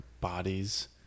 bodies